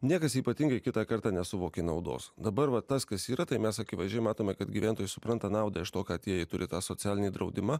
niekas ypatingai kitą kartą nesuvokė naudos dabar va tas kas yra tai mes akivaizdžiai matome kad gyventojai supranta naudą iš to kad jie turi tą socialinį draudimą